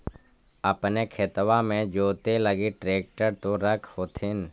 अपने खेतबा मे जोते लगी ट्रेक्टर तो रख होथिन?